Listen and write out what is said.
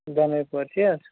دۄنے پورتی حظ